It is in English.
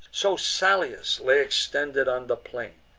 so salius lay extended on the plain